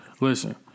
Listen